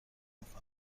میکنید